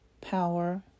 power